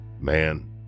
man